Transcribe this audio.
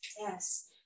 Yes